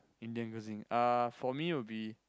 Indian cuisine uh for me will be